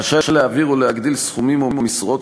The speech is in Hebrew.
רשאי להעביר או להגדיל סכומים או משרות,